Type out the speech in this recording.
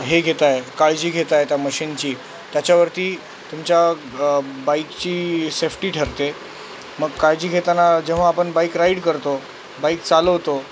हे घेताय काळजी घेताय त्या मशीनची त्याच्यावरती तुमच्या बाईकची सेफ्टी ठरते मग काळजी घेताना जेव्हा आपण बाईक राईड करतो बाईक चालवतो